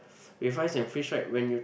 with ice and freeze right when you